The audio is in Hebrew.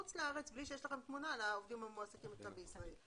מחוץ לארץ בלי שיש לכם תמונה לעובדים המועסקים בישראל.